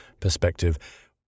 perspective